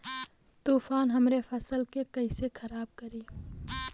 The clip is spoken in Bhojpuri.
तूफान हमरे फसल के कइसे खराब करी?